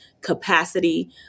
capacity